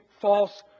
false